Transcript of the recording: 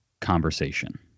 conversation